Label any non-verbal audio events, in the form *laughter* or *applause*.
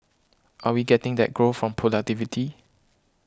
*noise* are we getting that growth from productivity